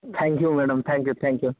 thank you madam thank you thank you